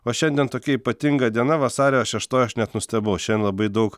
o šiandien tokia ypatinga diena vasario šeštoji aš net nustebau šian labai daug